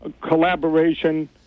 collaboration